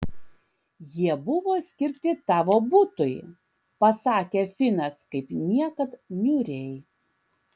jie buvo skirti tavo butui pasakė finas kaip niekad niūriai